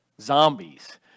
Zombies